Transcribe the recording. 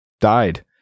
died